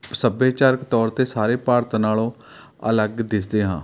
ਸੱਭਿਆਚਕ ਤੌਰ 'ਤੇ ਸਾਰੇ ਭਾਰਤ ਨਾਲੋਂ ਅਲੱਗ ਦਿਖਦੇ ਹਾਂ